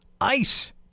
ice